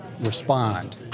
Respond